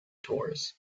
tours